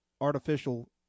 artificial